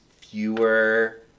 fewer